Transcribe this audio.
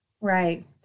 Right